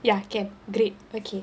ya can great okay